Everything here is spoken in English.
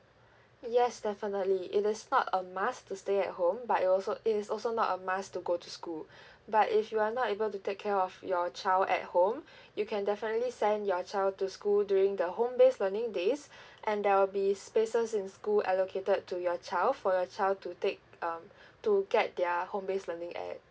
yes definitely it is not a must to stay at home but it also it is also not a must to go to school but if you are not able to take care of your child at home you can definitely send your child to school during the home based learning days and there will be spaces in school allocated to your child for your child to take um to get their home based learning at